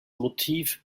motiv